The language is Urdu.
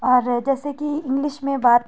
اور جیسے کہ انگلش میں بات